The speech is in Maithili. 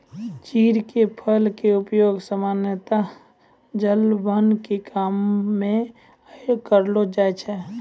चीड़ के फल के उपयोग सामान्यतया जलावन के काम मॅ करलो जाय छै